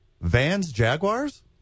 Vans-Jaguars